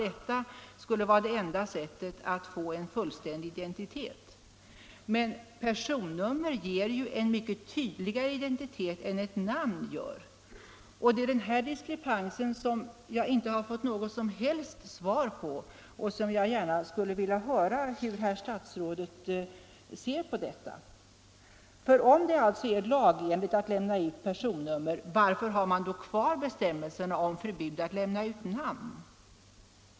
Ett personnummer ger ju en mycket tydligare identitet än ett namn. Denna diskrepans har jag inte fått någon som helst förklaring på, och jag vill gärna höra hur herr statsrådet ser på den saken. Om det är lagenligt att lämna ut personnummer, varför har vi då kvar förbudet att lämna ut namn?